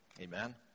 Amen